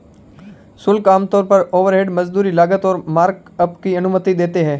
शुल्क आमतौर पर ओवरहेड, मजदूरी, लागत और मार्कअप की अनुमति देते हैं